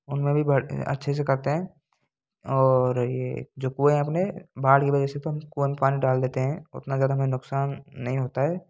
उन में भी भर अच्छे से करते हैं और ये जो कुएं हैं अपने बाढ़ के वजह से तो हम कुएं में पानी डाल देते हैं उतना ज़्यादा हमें नुकसान नहीं होता है